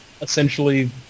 essentially